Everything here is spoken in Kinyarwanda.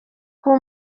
kuba